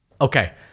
Okay